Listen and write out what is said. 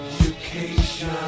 Education